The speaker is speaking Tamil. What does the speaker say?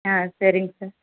ஆ சரிங்க சார்